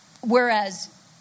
Whereas